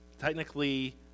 technically